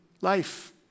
life